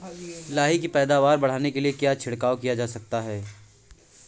लाही की पैदावार बढ़ाने के लिए क्या छिड़काव किया जा सकता है?